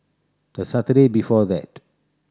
the Saturday before that